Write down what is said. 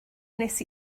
wnes